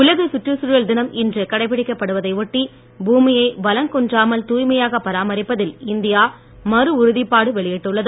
உலகச் சுற்றுச் சூழல் தினம் இன்று கடைபிடிக்கப்படுவதை ஒட்டி பூமியை வளங்குன்றாமல் தூய்மையாக பராமரிப்பதில் இந்தியா மறு உறுதிப்பாடு வெளியிட்டுள்ளது